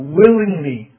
willingly